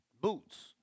Boots